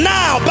Now